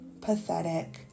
pathetic